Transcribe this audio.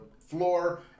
floor